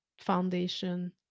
foundation